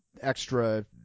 extra